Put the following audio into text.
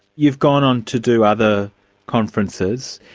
you've gone on to do other conferences.